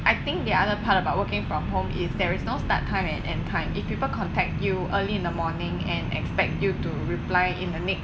I think the other part about working from home is there is no start time and end time if people contact you early in the morning and expect you to reply in the next